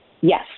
Yes